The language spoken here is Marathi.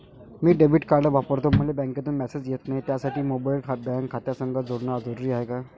मी डेबिट कार्ड वापरतो मले बँकेतून मॅसेज येत नाही, त्यासाठी मोबाईल बँक खात्यासंग जोडनं जरुरी हाय का?